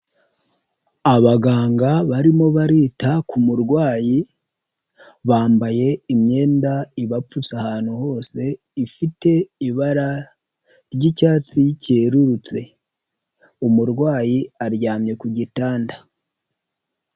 Abaganga barimo barita ku murwayi bambaye imyenda ibapfutse ahantu hose ifite ibara ry'icyatsi cyerurutse. Umurwayi aryamye ku gitanda.